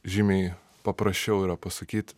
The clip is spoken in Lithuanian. žymiai paprasčiau yra pasakyt